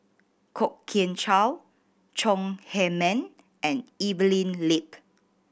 Kwok Kian Chow Chong Heman and Evelyn Lip